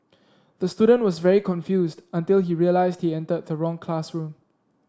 the student was very confused until he realised he entered the wrong classroom